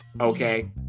Okay